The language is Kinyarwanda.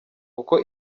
uko